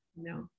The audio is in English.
no